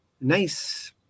nice